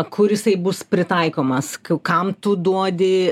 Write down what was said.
kur jisai bus pritaikomas ka kam tu duodi